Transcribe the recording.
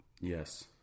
Yes